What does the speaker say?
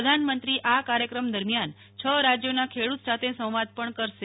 પ્રધાનમંત્રી આ કાર્યક્રમ દરમ્યાન છ રાજ્યોના ખેડૂતો સાથે સંવાદ પણ કરશે